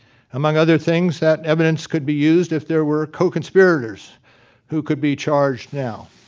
among other things, that evidence could be used if there were co-conspirators who could be charged now.